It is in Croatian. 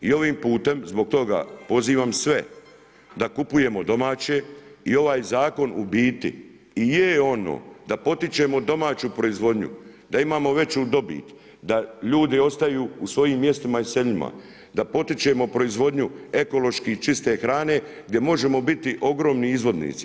I ovim pute zbog toga pozivam sve da kupujemo domaće i ovaj zakon u biti i je ono da potičemo domaću proizvodnju, da imamo veću dobit, da ljudi ostaju u svojim mjestima i selima, da potičemo proizvodnju ekološki čiste hrane gdje možemo biti ogromni izvoznici.